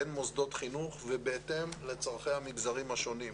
בין מוסדות חינוך ובהתאם לצורכי המגזרים השונים.